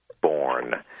born